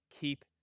keep